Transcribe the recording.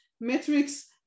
metrics